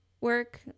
work